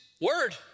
word